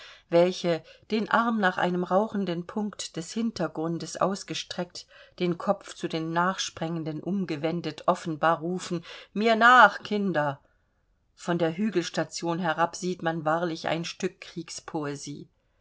welche den arm nach einem rauchenden punkt des hintergrundes ausgestreckt den kopf zu den nachsprengenden umgewendet offenbar rufen mir nach kinder von der hügelstation herab sieht man wahrlich ein stück